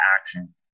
action